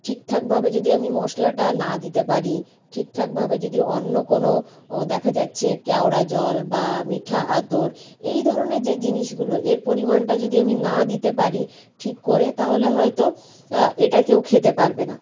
ঠিকঠাকভাবে যদি আমি মশলাটা না দিতে পারি ঠিকঠাকভাবে যদি অন্য কোনো ও দেখা যাচ্ছে কেওড়া জল বা মিঠা আতর এই ধরনের যে জিনিসগুলো এর পরিমাণটা যদি আমি না দিতে পারি ঠিক করে তাহলে হয়তো এটা কেউ খেতে পারবে না